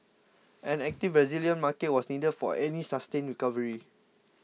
an active Brazilian market was needed for any sustained recovery